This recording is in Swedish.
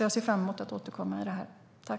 Jag ser fram emot att återkomma i frågan.